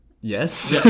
Yes